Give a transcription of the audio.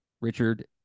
Richard